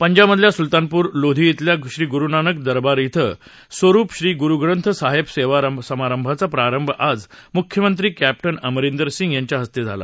पंजाबमधल्या सुलतानपूर लोधी इथल्या श्री गुरुनानक दरबार इथं स्वरुप श्री गुरुग्रंथ साहेब सेवा समारंभाचा प्रारंभ मुख्यमंत्री कॅप्टन अमरदिंर सिंह यांच्या हस्ते आज झाला